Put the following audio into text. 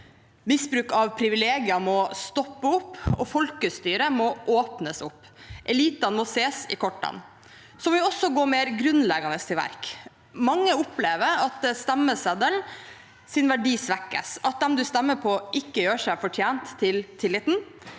Misbruk av privilegier må stoppe opp, og folkestyret må åpnes opp. Elitene må ses i kortene. Vi må også gå mer grunnleggende til verks. Mange opplever at stemmeseddelens verdi svekkes, at dem man stemmer på, ikke gjør seg fortjent til tilliten,